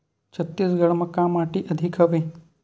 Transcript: छत्तीसगढ़ म का माटी अधिक हवे?